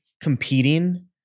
competing